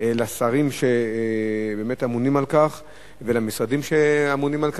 השרים שבאמת אמונים על כך והמשרדים שאמונים על כך,